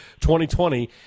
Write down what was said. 2020